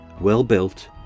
well-built